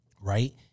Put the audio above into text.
right